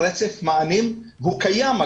רצף מאמין ואגב,